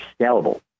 scalable